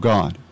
God